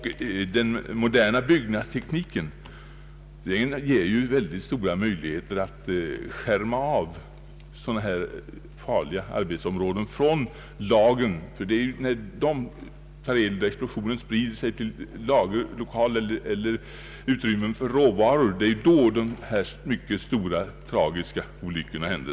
Den moderna byggnadstekniken ger också mycket stora möjligheter att skärma av dylika farliga arbetsområden från lagren. Det är nämligen när explosionen sprider sig till lagerlokaler eller utrymmen för råvaror som de mycket stora och tragiska olyckorna händer.